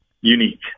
unique